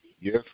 yes